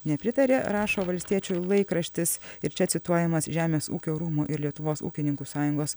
nepritaria rašo valstiečių laikraštis ir čia cituojamas žemės ūkio rūmų ir lietuvos ūkininkų sąjungos